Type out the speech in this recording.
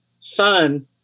son